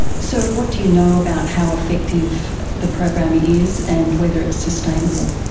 so what do you know about how effective the program is and whether it's sustainable?